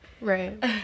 Right